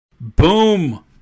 Boom